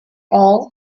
all